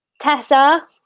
Tessa